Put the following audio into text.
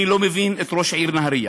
אני לא מבין את ראש העיר נהריה,